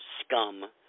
scum